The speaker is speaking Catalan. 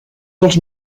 dels